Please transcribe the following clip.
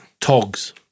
Togs